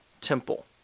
temple